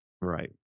Right